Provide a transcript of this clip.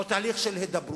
או תהליך של הידברות.